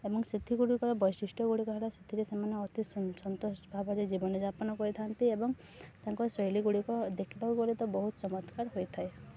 ଏବଂ ସେଥିଗୁଡ଼ିକର ବୈଶିଷ୍ଟ୍ୟଗୁଡ଼ିକ ହେଲା ସେଥିରେ ସେମାନେ ଅତି ସନ୍ତୋଷ ଭାବରେ ଜୀବନଯାପନ କରିଥାନ୍ତି ଏବଂ ତାଙ୍କ ଶୈଲୀଗୁଡ଼ିକ ଦେଖିବାକୁ ଗଡ଼ ତ ବହୁତ ଚମତ୍କାର ହୋଇଥାଏ